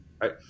right